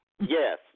Yes